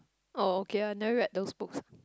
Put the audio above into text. oh okay I never read those books